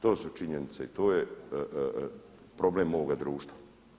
To su činjenice i to je problem ovoga društva.